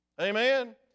Amen